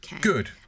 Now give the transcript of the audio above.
Good